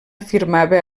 afirmava